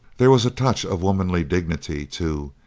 there was a touch of womanly dignity, too,